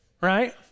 right